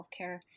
healthcare